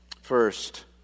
First